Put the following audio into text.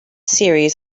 series